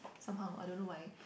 somehow I don't know why